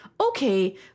okay